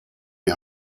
die